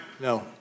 No